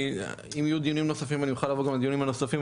אם יהיו דיונים נוספים אני אוכל לבוא גם לדיונים הנוספים,